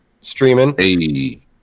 streaming